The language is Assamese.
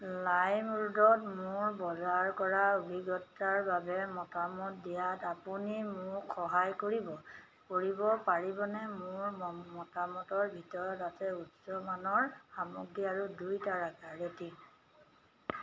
লাইমৰোডত মোৰ বজাৰ কৰাৰ অভিজ্ঞতাৰ বাবে মতামত দিয়াত আপুনি মোক সহায় কৰিব কৰিব পাৰিবনে মোৰ মতামতৰ ভিতৰত আছে উচ্চ মানৰ সামগ্ৰী আৰু দুই তাৰকাৰ ৰেটিং